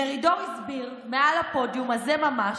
מרידור הסביר, מעל הפודיום הזה ממש,